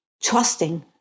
Trusting